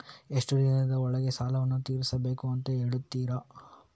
ಎಷ್ಟು ದಿವಸದ ಒಳಗೆ ಸಾಲವನ್ನು ತೀರಿಸ್ಬೇಕು ಅಂತ ಹೇಳ್ತಿರಾ?